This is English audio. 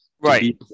Right